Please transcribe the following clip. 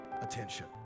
attention